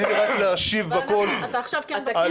תני לי רק להשיב --- אתה עכשיו כן בכנסת.